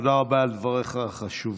תודה רבה על דבריך החשובים.